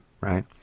Right